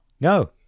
No